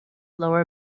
lower